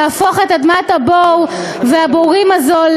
להפוך את אדמת הבור והבורים הזו,